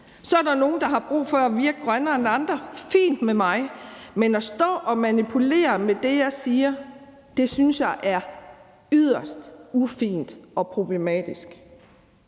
Så er der nogle, der har brug for at virke grønnere end andre, og det er fint med mig, men at stå og manipulere med det, jeg siger, synes jeg er yderst ufint og problematisk.